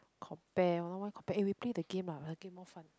compare why why want compare eh we play the game lah the game more fun